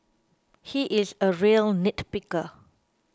he is a real nitpicker